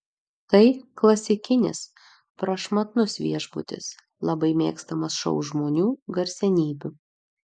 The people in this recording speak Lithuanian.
tai klasikinis prašmatnus viešbutis labai mėgstamas šou žmonių garsenybių